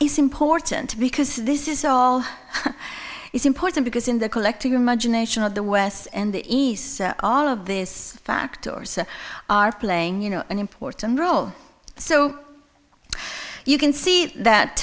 is important because this is all is important because in the collective imagination of the west and the east all of this factors are playing you know an important role so you can see that